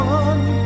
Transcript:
one